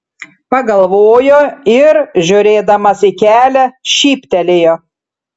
pagalvojo ir žiūrėdamas į kelią šyptelėjo